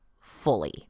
fully